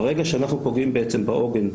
ברגע שאנחנו פוגעים בעוגן,